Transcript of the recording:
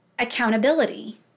Accountability